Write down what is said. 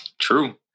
True